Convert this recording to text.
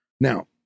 Now